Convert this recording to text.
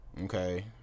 Okay